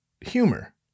Humor